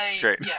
great